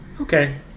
Okay